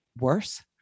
worse